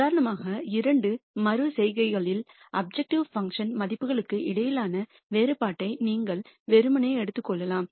உதாரணமாக இரண்டு மறு செய்கைகளில் அப்ஜெக்டிவ் பங்க்ஷன் மதிப்புகளுக்கு இடையிலான வேறுபாட்டை நீங்கள் வெறுமனே எடுத்துக் கொள்ளலாம்